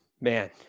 man